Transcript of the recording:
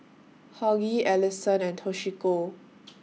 Hughie Allison and Toshiko